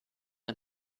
ein